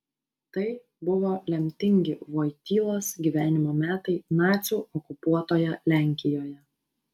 tai buvo lemtingi vojtylos gyvenimo metai nacių okupuotoje lenkijoje